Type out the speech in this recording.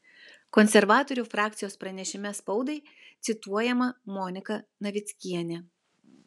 konservatorių frakcijos pranešime spaudai cituojama monika navickienė